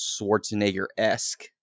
Schwarzenegger-esque